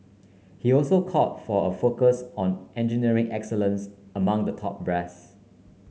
he also called for a focus on engineering excellence among the top brass